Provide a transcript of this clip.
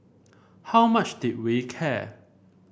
how much did we care